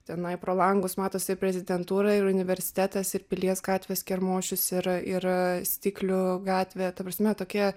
tenai pro langus matosi prezidentūra ir universitetas ir pilies gatvės kermošius yra yra stiklių gatvė ta prasme tokia